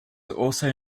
also